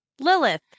Lilith